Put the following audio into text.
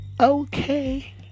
okay